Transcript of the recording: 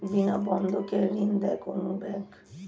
বিনা বন্ধকে ঋণ দেয় কোন ব্যাংক?